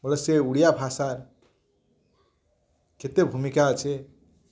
ବୋଲେ ସେ ଓଡ଼ିଆ ଭାଷା କେତେ ଭୂମିକା ଅଛେ